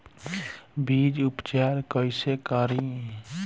बीज उपचार कईसे करी?